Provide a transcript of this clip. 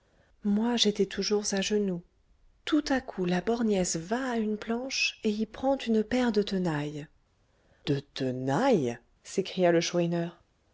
moi j'étais toujours à genoux tout d'un coup la borgnesse va à une planche et y prend une paire de tenailles des tenailles s'écria le